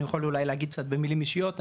אני יכול אולי להגיד קצת במילים אישיות,